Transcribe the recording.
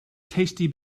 tasty